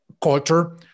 culture